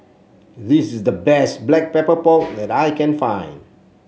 this is the best Black Pepper Pork that I can find